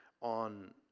on